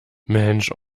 mensch